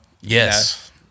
Yes